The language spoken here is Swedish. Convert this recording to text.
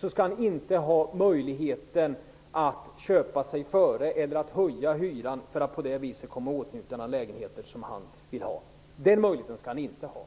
-- inte får möjlighet att köpa sig före eller att höja hyran för att på det viset komma i åtnjutande av en lägenhet som han vill ha. Den möjligheten skall han inte ha.